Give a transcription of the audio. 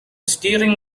steering